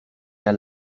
der